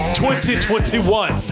2021